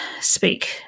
speak